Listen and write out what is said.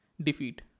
defeat